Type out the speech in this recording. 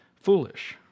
foolish